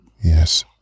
Yes